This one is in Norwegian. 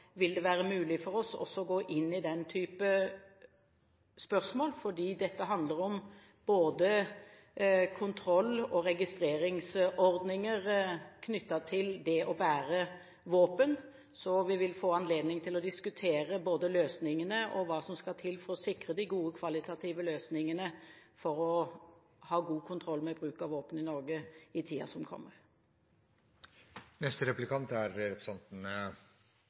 vil det være mulig for oss å gå inn i den type spørsmål, fordi det handler om både kontroll og registreringsordninger knyttet til det å bære våpen. Vi vil få anledning til å diskutere hva som skal til for å sikre de gode, kvalitative løsningene når det gjelder det å ha god kontroll med bruk av våpen i Norge, i tiden som kommer.